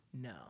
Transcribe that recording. No